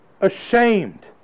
ashamed